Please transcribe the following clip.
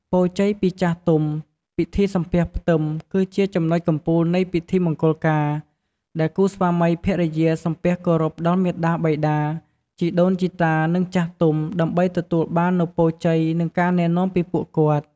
ពរជ័យពីចាស់ទុំ ពិធីសំពះផ្ទឹម គឺជាចំណុចកំពូលនៃពិធីមង្គលការ ដែលគូស្វាមីភរិយាសំពះគោរពដល់មាតាបិតា ជីដូនជីតា និងចាស់ទុំ ដើម្បីទទួលបាននូវពរជ័យ និងការណែនាំពីពួកគាត់។